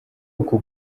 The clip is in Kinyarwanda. uko